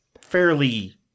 fairly